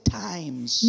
times